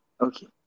Okay